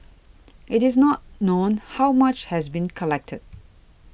it is not known how much has been collected